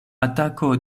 atako